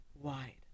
wide